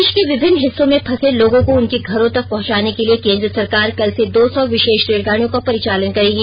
देष के विभिन्न हिस्सों में फंसे लोगों को उनके घरों तक पहुंचाने के लिए केन्द्र सरकार कल से दो सौ विषेष रेलगाडियों का परिचालन करेगी